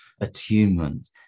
attunement